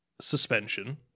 suspension